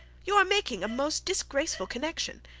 you are making a most disgraceful connection,